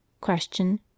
Question